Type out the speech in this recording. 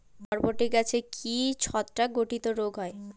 বরবটি গাছে কি ছত্রাক ঘটিত রোগ হয়?